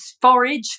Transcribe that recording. forage